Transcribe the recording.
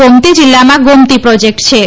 ગોમતી જિલ્લામાં ગોમતી પ્રોજેક્ટછે